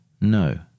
no